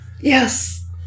Yes